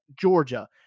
Georgia